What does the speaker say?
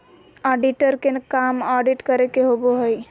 auditor के काम audit करे के होबो हइ